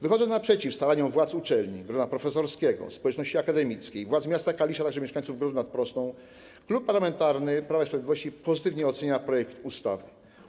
Wychodząc naprzeciw staraniom władz uczelni, grona profesorskiego, społeczności akademickiej, władz miasta Kalisz, a także mieszkańców grodu nad Prosną, Klub Parlamentarny Prawo i Sprawiedliwość pozytywnie ocenia projekt ustawy.